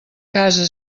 casa